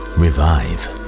revive